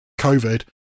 Covid